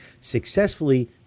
successfully